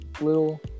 little